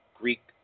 Greek